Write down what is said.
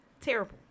Terrible